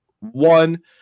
One